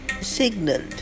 signaled